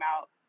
out